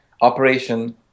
operation